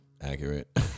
accurate